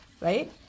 right